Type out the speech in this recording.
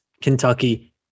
Kentucky